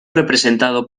representado